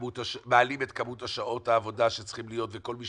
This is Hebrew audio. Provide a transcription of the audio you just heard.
מעלים את כמות שעות העבודה שצריכות להיות וכל מי